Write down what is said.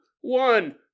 one